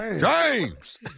James